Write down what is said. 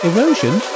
Erosion